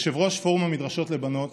כיושב-ראש פורום המדרשות לבנות